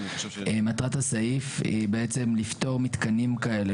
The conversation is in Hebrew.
מטרת הסעיף היא בעצם לפטור מתקנים כאלה,